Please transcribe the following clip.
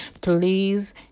Please